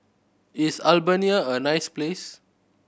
is Albania a nice place